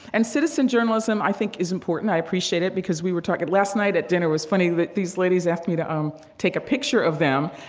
and citizen journalism, i think, is important. i appreciate it, because we were taught last night at dinner was funny. these ladies asked me to, um, take a picture of them.